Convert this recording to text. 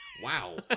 Wow